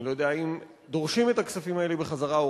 אני לא יודע אם דורשים את הכספים האלה בחזרה או